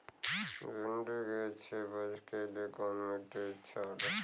भिंडी की अच्छी उपज के लिए कवन मिट्टी अच्छा होला?